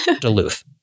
Duluth